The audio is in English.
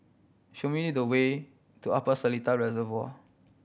show me the way to Upper Seletar Reservoir